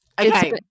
Okay